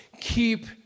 Keep